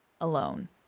alone